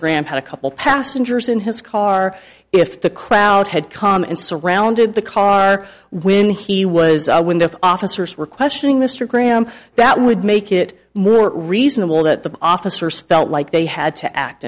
graham had a couple passengers in his car if the crowd had come and surrounded the car when he was when the officers were questioning mr graham that would make it more reasonable that the officers felt like they had to act